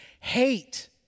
hate